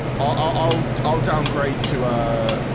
ah i'll i'll downgrade to a